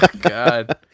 God